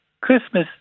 Christmas